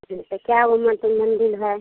ठीक है क्या ओमन के मंदिर है